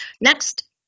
next